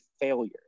failure